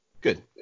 Good